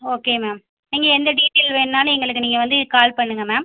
okay ma'am நீங்கள் எந்த detail வேண்னாலும் எங்களுக்கு நீங்கள் வந்து கால் பண்ணுங்கள் மேம்